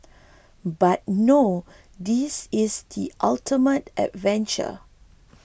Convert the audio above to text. but no this is the ultimate adventure